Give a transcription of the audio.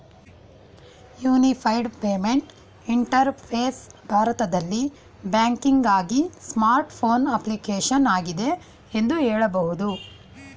unified payment interface ಭಾರತದಲ್ಲಿ ಬ್ಯಾಂಕಿಂಗ್ಆಗಿ smart phone application ಆಗಿದೆ ಎಂದು ಹೇಳಬಹುದು